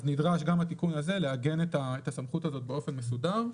אז נדרש גם התיקון הזה לעגן את הסמכות הזאת באופן מסודר.